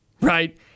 Right